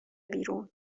بیرون